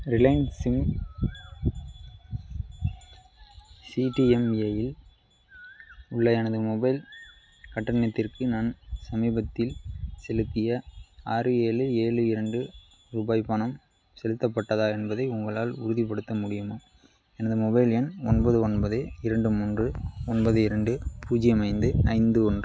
Reliance sim சிடிஎம்ஏயில் உள்ள எனது மொபைல் கட்டணத்திற்கு நான் சமீபத்தில் செலுத்திய ஆறு ஏழு ஏழு இரண்டு ரூபாய் பணம் செலுத்தப்பட்டதா என்பதை உங்களால் உறுதிப்படுத்த முடியுமா எனது மொபைல் எண் ஒன்பது ஒன்பது இரண்டு மூன்று ஒன்பது இரண்டு பூஜ்ஜியம் ஐந்து ஐந்து ஒன்று